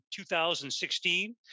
2016